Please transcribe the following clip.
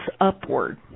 upward